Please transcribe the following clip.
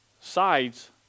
sides